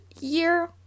year